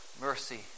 mercy